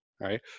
right